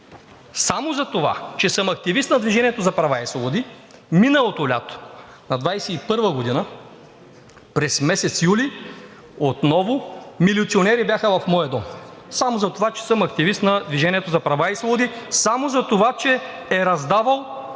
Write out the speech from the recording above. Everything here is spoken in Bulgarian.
Само затова, че съм активист на „Движение за права и свободи“ миналото лято – на 2021 г., през месец юли отново милиционери бяха в моя дом само затова, че съм активист на „Движение за права и свободи“, само затова, че е раздавал